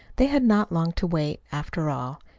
they had not long to wait, after all.